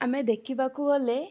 ଆମେ ଦେଖିବାକୁ ଗଲେ